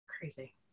Crazy